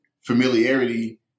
familiarity